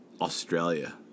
Australia